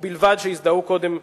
ובלבד שיזדהו קודם כניסתם,